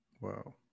Wow